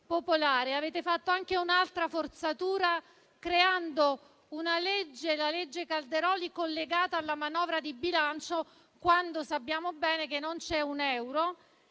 Avete fatto anche un'altra forzatura, scrivendo il cosiddetto disegno di legge Calderoli, collegato alla manovra di bilancio, quando sappiamo bene che non c'è un euro